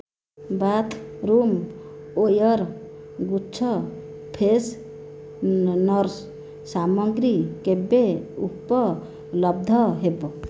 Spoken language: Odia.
ବାଥରୁମ୍ ୱେର୍ ଗୁଚ୍ଛ ଫ୍ରେଶନର୍ ସାମଗ୍ରୀ କେବେ ଉପଲବ୍ଧ ହେବ